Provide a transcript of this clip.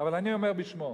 אבל אני אומר בשמו,